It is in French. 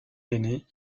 aînées